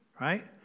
right